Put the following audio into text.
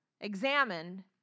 examined